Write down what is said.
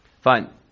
Fine